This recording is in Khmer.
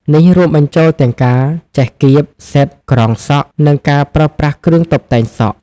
នេះរួមបញ្ចូលទាំងការចេះកៀប សិត ក្រងសក់ និងការប្រើប្រាស់គ្រឿងតុបតែងសក់។